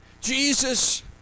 Jesus